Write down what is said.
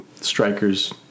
strikers